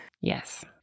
Yes